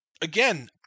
again